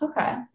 Okay